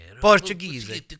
Portuguese